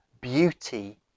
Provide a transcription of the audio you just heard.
beauty